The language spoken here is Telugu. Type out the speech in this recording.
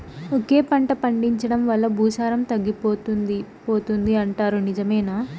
ఒకే పంట పండించడం వల్ల భూసారం తగ్గిపోతుంది పోతుంది అంటారు నిజమేనా